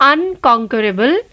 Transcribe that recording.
Unconquerable